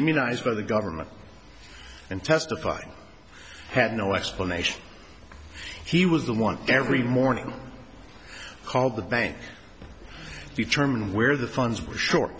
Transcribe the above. immunized by the government and testifying had no explanation he was the one every morning call the bank determine where the funds were short